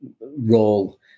role